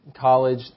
college